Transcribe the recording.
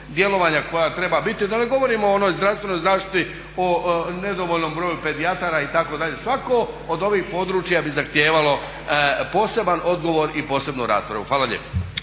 koja treba biti. Da ne govorim o onoj zdravstvenoj zaštiti, o nedovoljnom broju pedijatara itd. Svatko od ovih područja bi zahtijevalo poseban odgovor i posebnu raspravu. Hvala lijepo.